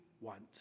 want